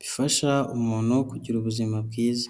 bifasha umuntu kugira ubuzima bwiza.